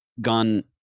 gone